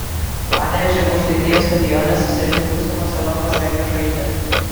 panevėžio aukštaitijos stadione susirinks būsimos europos regbio žvaigždės